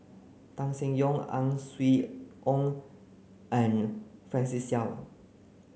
Tan Seng Yong Ang Swee Wun and Francis Seow